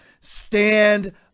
stand